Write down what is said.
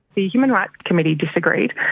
the human rights committee disagreed,